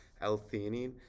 L-theanine